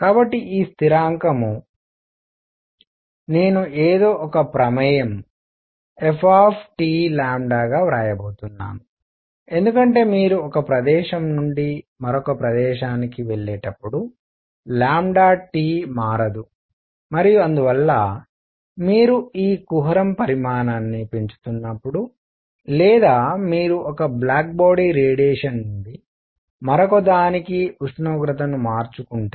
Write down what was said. కాబట్టి ఈ స్థిరాంకం నేను ఏదో ఒక ప్రమేయము f గా వ్రాయబోతున్నాను ఎందుకంటే మీరు ఒక ప్రదేశం నుండి మరొక ప్రదేశానికి వెళ్ళేటప్పుడు T మారదు మరియు అందువల్ల మీరు ఈ కుహరం పరిమాణాన్ని పెంచుతున్నప్పుడు లేదా మీరు ఒక బ్లాక్ బాడీ రేడియేషన్ నుండి మరొకదానికి ఉష్ణోగ్రతను మార్చుకుంటే